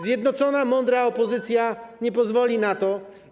Zjednoczona, mądra opozycja nie pozwoli na to.